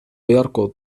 يركض